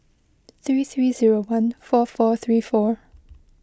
three three zero one four four three four